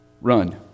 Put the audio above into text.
Run